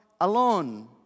alone